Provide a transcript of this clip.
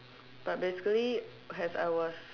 but basically as I was